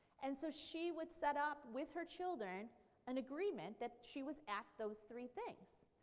and so she would set up with her children an agreement that she was at those three things.